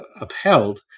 upheld